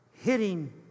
hitting